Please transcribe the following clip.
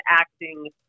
acting